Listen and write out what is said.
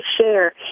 share